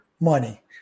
money